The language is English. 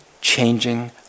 changing